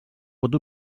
pot